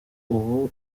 ubu